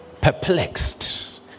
perplexed